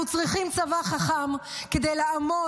אנחנו צריכים צבא חכם וחזק